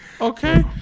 Okay